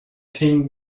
tinged